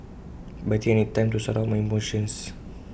but I think I need time to sort out my emotions